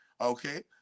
Okay